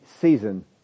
season